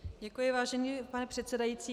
Děkuji, vážený pane předsedající.